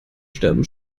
sterben